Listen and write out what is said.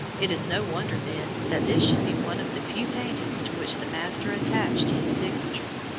it is no wonder, then, that this should be one of the few paintings to which the master attached his signature.